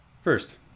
First